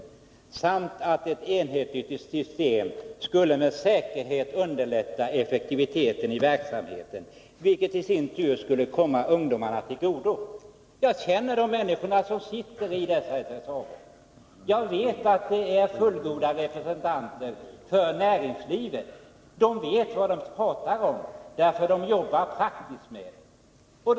Det sägs också att ett enhetligt system med säkerhet skulle öka effektiviten i verksamheten, vilket i sin tur skulle komma ungdomarna till godo. Jag känner de människor som sitter i detta SSA-råd. Jag vet att de är fullgoda representanter för näringslivet. De vet vad de talar om, därför att de jobbar praktiskt med frågorna.